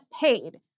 paid